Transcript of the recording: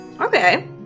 Okay